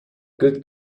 good